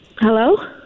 Hello